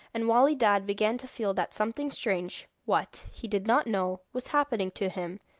and wali dad began to feel that something strange what, he did not know was happening to him.